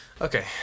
Okay